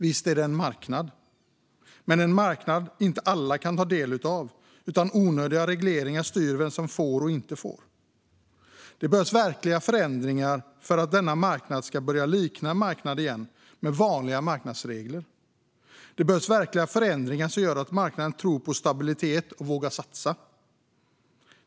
Visst är det en marknad, men en marknad som inte alla kan ta del av, och onödiga regleringar styr vem som får och inte får. Det behövs verkliga förändringar för att denna marknad ska börja likna en marknad igen med vanliga marknadsregler. Det behövs verkliga förändringar som gör att marknaden tror på stabilitet och vågar satsa.